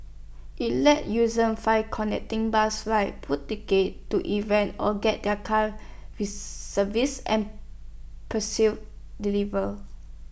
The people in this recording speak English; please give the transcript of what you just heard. IT lets users find connecting bus rides book tickets to events or get their cars serviced and pursue delivered